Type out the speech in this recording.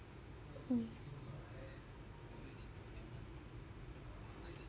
mm